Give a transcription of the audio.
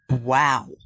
Wow